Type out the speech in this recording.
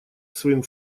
своим